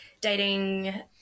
dating